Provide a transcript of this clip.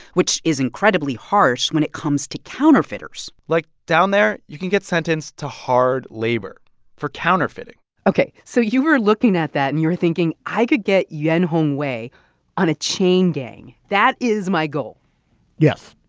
which is incredibly harsh when it comes to counterfeiters like, down there, you can get sentenced to hard labor for counterfeiting ok, so you were looking at that, and you were thinking, i could get yuan hongwei on a chain gang. that is my goal yes,